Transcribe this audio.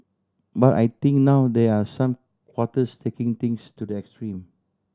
but I think now there are some quarters taking things to the extreme